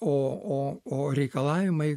o o o reikalavimai